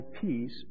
peace